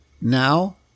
now